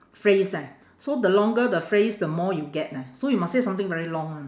phrase eh so the longer the phrase the more you get leh so you must say something very long [one]